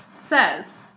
says